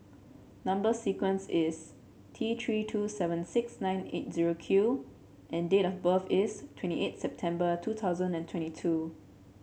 number sequence is T Three two seven six nine eight zero Q and date of birth is twenty eight September two thousand and twenty two